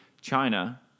China